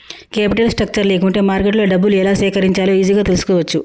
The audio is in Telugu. కేపిటల్ స్ట్రక్చర్ లేకుంటే మార్కెట్లో డబ్బులు ఎలా సేకరించాలో ఈజీగా తెల్సుకోవచ్చు